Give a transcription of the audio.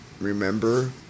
remember